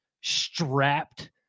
strapped